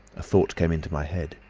a thought came into my head.